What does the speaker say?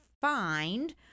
find